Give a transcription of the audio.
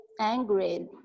angry